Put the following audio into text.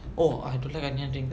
oh I don't like onion rings